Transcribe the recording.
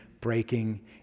breaking